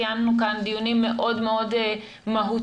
קיימנו כאן דיונים מאוד מאוד מהותיים.